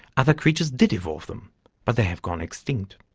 other creatures did evolve them but they have gone extinct.